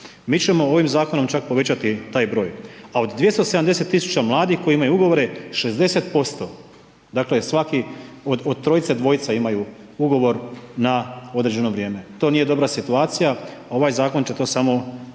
Mi ćemo ovim zakonom čak povećati taj broj, a od 270 tisuća mladih, koji imaju ugovore, 60% dakle, svaki od trojice, dvojice imaju ugovor na određeno vrijeme. To nije dobra situacija, ovaj zakon će to samo, ovim